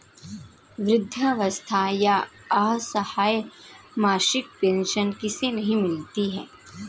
वृद्धावस्था या असहाय मासिक पेंशन किसे नहीं मिलती है?